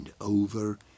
over